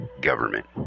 government